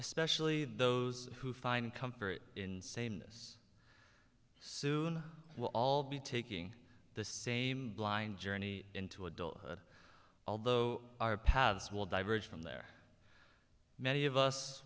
especially those who find comfort in sameness soon we'll all be taking the same blind journey into adulthood although our paths will diverged from there many of us